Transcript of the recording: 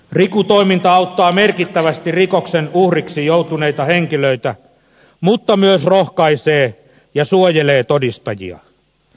riku toiminta auttaa merkittävästi rikoksen uhriksi joutuneita henkilöitä mutta myös rohkaisee ja suojelee todistajia